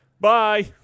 Bye